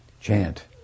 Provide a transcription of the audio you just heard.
chant